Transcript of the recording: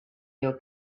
your